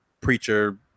preacher